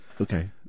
Okay